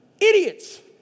idiots